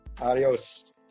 Adios